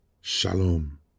shalom